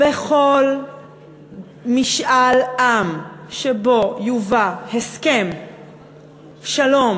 בכל משאל עם שבו יובא הסכם שלום